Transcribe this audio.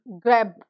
grab